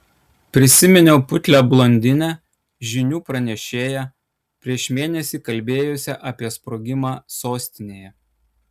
prisiminiau putlią blondinę žinių pranešėją prieš mėnesį kalbėjusią apie sprogimą sostinėje